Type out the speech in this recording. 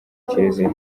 kiliziya